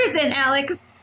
Alex